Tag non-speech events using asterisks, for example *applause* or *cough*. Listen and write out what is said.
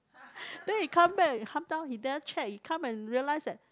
*breath* then he come back he never check he come and realise that